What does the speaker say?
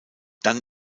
dann